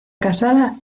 casada